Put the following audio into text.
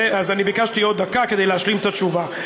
אז אני ביקשתי עוד דקה, כדי להשלים את התשובה.